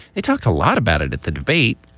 it talks a lot about it at the debate.